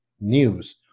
news